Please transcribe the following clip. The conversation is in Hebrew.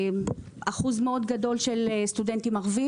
אחוז מאוד גדול של סטודנטים ערבים